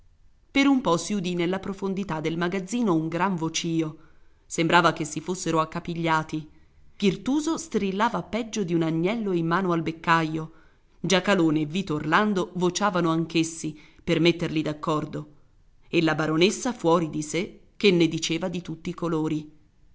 per un po si udì nella profondità del magazzino un gran vocìo sembrava che si fossero accapigliati pirtuso strillava peggio di un agnello in mano al beccaio giacalone e vito orlando vociavano anch'essi per metterli d'accordo e la baronessa fuori di sé che ne diceva di tutti i colori